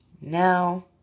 now